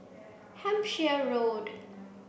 Hampshire Road